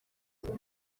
azaba